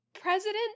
president